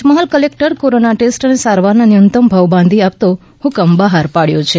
પંચમહાલ કલેકટરે corona test અને સારવારના ન્યૂનતમ ભાવ બાંધી આપતો હ્કમ બહાર પાડ્યો છે